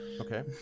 Okay